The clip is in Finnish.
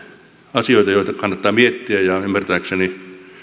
asioita joita kannattaa miettiä ja ymmärtääkseni